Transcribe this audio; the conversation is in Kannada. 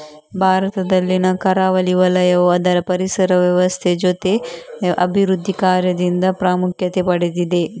ಭಾರತದಲ್ಲಿನ ಕರಾವಳಿ ವಲಯವು ಅದರ ಪರಿಸರ ವ್ಯವಸ್ಥೆ ಜೊತೆ ಅಭಿವೃದ್ಧಿ ಕಾರ್ಯದಿಂದ ಪ್ರಾಮುಖ್ಯತೆ ಪಡೆದಿದೆ